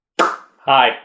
Hi